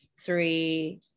three